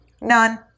None